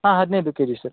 ಹಾಂ ಹದಿನೈದು K G sir